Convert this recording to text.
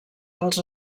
als